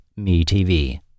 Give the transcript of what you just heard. MeTV